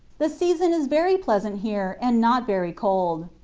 the season is very pleasant here, and not very cold.